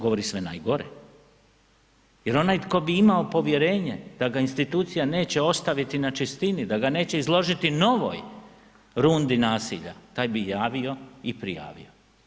Govori sve najgore, jer onaj tko bi imao povjerenje da ga institucija neće ostaviti na čistini da ga neće izložiti novoj rundi nasilja taj bi javio i prijavio.